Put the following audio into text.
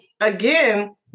again